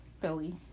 Philly